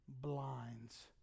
blinds